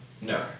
No